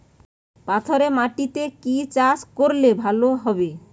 পাথরে মাটিতে কি চাষ করলে ভালো হবে?